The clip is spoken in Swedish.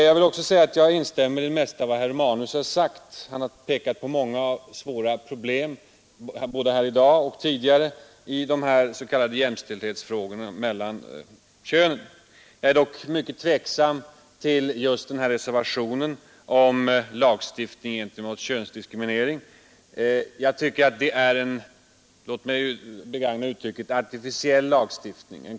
Jag vill för övrigt instämma i det mesta av vad herr Romanus sagt; han har — både i dag och tidigare pekat på svåra problem när det gäller jämställdheten mellan könen. Jag är dock mycket tveksam till just den här reservationen om lagstiftning mot könsdiskriminering. Jag tycker att det är en — låt mig begagna uttrycket — artificiell lagstiftning.